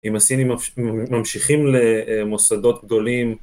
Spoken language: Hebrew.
אם הסינים ממשיכים למוסדות גדולים.